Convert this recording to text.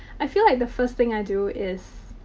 i feel like the first thing i do is.